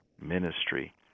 ministry